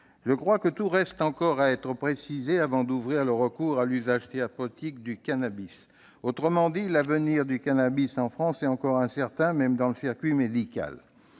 encore à préciser, me semble-t-il, avant d'ouvrir le recours à l'usage thérapeutique du cannabis. Autrement dit, l'avenir du cannabis en France est encore incertain, même dans le circuit médical.